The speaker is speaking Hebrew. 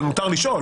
אבל מותר לשאול.